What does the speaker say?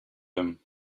him